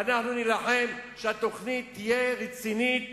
ואנחנו נילחם כדי שהתוכנית תהיה רצינית